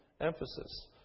Emphasis